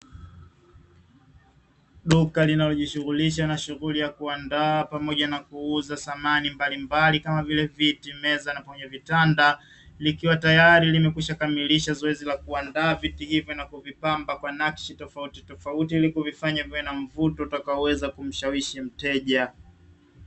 Duka linalojishughulisha na shughuli ya kuandaa pamoja na kuuza samani mbalimbali kama vile viti, meza na pamoja vitanda. likiwa tayari limekwisha kamilisha zoezi la kuandaa viti hivyo na kuvipamba kwa nakshi tofautitofauti, ili kuvifanya viwe na mvuto utakaoweza kumshawishi mteja.